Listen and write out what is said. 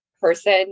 Person